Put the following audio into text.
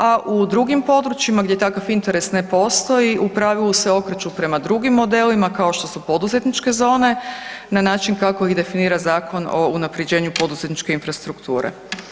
A u drugi područjima gdje takav interes ne postoji u pravilu se okreću prema drugim modelima, kao što su poduzetničke zone na način kako ih definira Zakon o unapređenju poduzetničke infrastrukture.